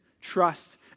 trust